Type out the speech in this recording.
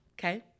okay